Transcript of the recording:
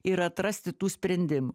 ir atrasti tų sprendimų